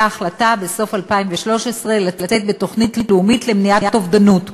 החלטה בסוף 2013 לצאת בתוכנית לאומית למניעת אובדנות,